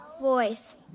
voice